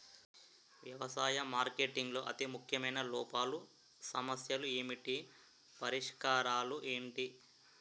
వ్యవసాయ మార్కెటింగ్ లో అతి ముఖ్యమైన లోపాలు సమస్యలు ఏమిటి పరిష్కారాలు ఏంటి?